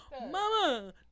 Mama